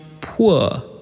poor